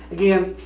again,